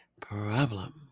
problem